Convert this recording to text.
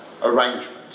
arrangement